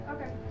Okay